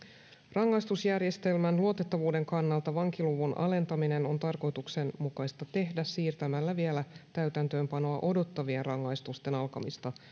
rangaistusjärjestelmän luotettavuuden kannalta vankiluvun alentaminen on tarkoituksenmukaista tehdä siirtämällä vielä täytäntöönpanoa odottavien rangaistusten alkamista